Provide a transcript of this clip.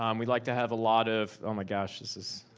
um we like to have a lot of, oh my gosh, this is